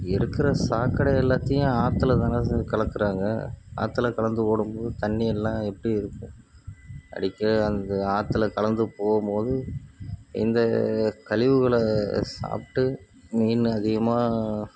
இருக்கிற சாக்கடை எல்லாத்தையும் ஆற்றுல தான சார் கலக்கிறாங்க ஆற்றுல கலந்து ஓடும்போது தண்ணியெல்லாம் எப்படி இருக்கும் அடிக்க அந்த ஆற்றுல கலந்து போகும்போது இந்த கழிவுகளை சாப்பிட்டு மீன் அதிகமாக